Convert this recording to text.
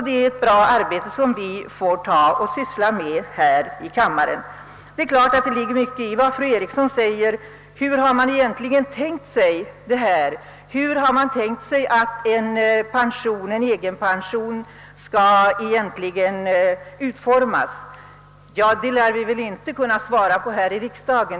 Det är klart att det ligger mycket i fru Erikssons i Stockholm invändning att det ingenstans i motionen sägs hur man egentligen har tänkt sig att en egenpension skall utformas. Men ett sådant förslag lär vi väl inte kunna utarbeta här i riksdagen.